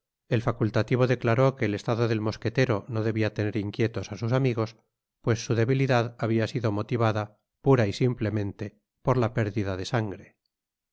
el facnltivo declaró que el estado del mosquetero no debia tener inquietos á sus amigos pues su debilidad habia sido motivada pura y simplemente por la pérdida de sangre